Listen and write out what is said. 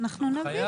אין מקום ברכב.